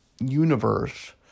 universe